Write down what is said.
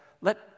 Let